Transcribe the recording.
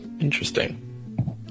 Interesting